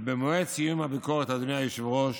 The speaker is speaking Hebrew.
ובמועד סיום הביקורת, אדוני היושב-ראש,